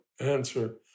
answer